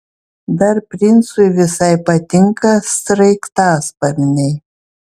dar princui visai patinka sraigtasparniai